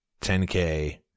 10k